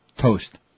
toast